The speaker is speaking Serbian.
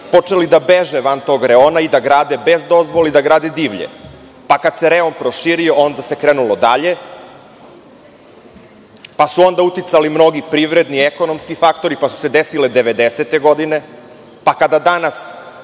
počeli da beže van tog reona i da grade bez dozvole i da grade divlje. Kad se rejon proširio, onda se krenulo dalje. Onda su dalje uticali mnogi privredni, ekonomski faktori, pa su se desile 90-te godine, pa kada danas